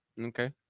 Okay